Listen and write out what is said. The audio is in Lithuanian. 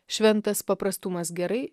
šventas paprastumas gerai